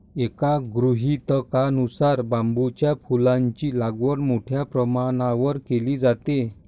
एका गृहीतकानुसार बांबूच्या फुलांची लागवड मोठ्या प्रमाणावर केली जाते